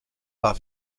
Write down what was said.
par